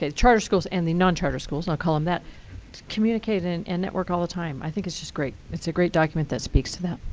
charter schools and the non charter schools i'll call them that communicate and and network all the time. i think it's just great. it's a great document that speaks to that.